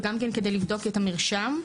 וגם כדי לבדוק את המרשם.